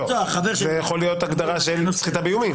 לא, זה יכול להיות הגדרה של סחיטה באיומים.